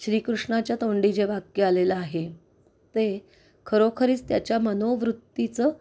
श्रीकृष्णाच्या तोंडी जे वाक्य आलेलं आहे ते खरोखरीच त्याच्या मनोवृत्तीचं